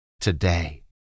today